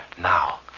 Now